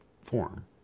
form